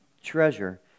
Treasure